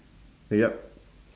yup